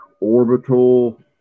Orbital